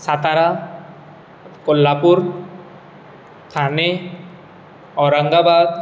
Satara Kolhapur Thane Aurangabad